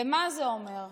ומה זה אומר?